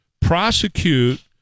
prosecute